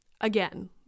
Again